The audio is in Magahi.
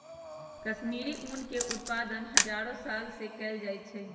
कश्मीरी ऊन के उत्पादन हजारो साल से कएल जाइ छइ